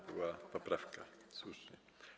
Była poprawka, słusznie.